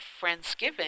Friendsgiving